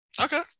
okay